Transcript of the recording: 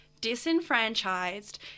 disenfranchised